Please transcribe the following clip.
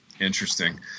Interesting